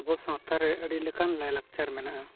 ᱟᱵᱚ ᱥᱟᱶᱛᱟ ᱨᱮ ᱟᱹᱰᱤ ᱞᱮᱠᱟᱱ ᱞᱟᱭᱼᱞᱟᱠᱪᱟᱨ ᱢᱮᱱᱟᱜᱼᱟ